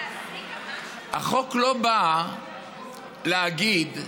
החוק לא בא להגיד: